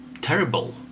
terrible